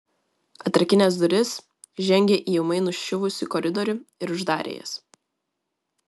atrakinęs duris žengė į ūmai nuščiuvusį koridorių ir uždarė jas